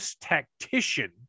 tactician